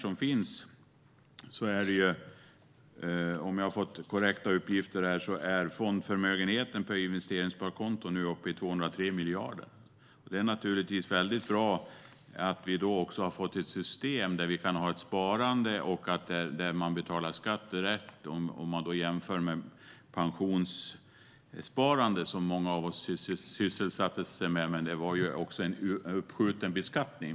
Om jag har fått korrekta uppgifter är fondförmögenheten på investeringssparkonton nu uppe i 203 miljarder. Det är naturligtvis väldigt bra att vi då har fått ett system där man kan ha ett sparande och betala skatt direkt. Vi kan jämföra det med pensionssparande, som många av oss sysselsatte sig med. Där fick man göra avdrag, men det var en uppskjuten beskattning.